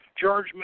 George